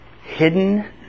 hidden